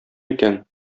икән